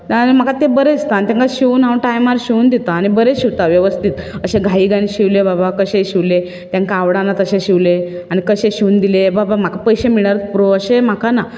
ना ज्याल्यार म्हाका ते बरें दिसता आनी तांकां शिंवून हांव टायमार शिवून दितां आनी बरें शिंवतां वेवस्थीत अशे घाई घाईन शिंवले बाबा कशेय शिंवले तांकां आवडना तशें शिंवलें आनी कशें शिंवून दिले बाबा म्हाका पयशे मेळल्यारूच पुरो अशे म्हाका ना